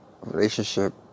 Relationship